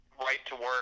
right-to-work